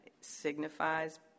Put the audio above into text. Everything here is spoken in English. signifies